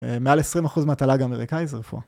מעל 20% מהתל"ג האמריקאי זה רפואה.